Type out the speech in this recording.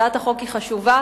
הצעת החוק היא חשובה,